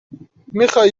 میخوای